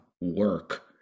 work